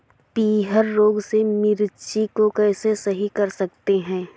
पीहर रोग से मिर्ची को कैसे सही कर सकते हैं?